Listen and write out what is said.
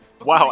Wow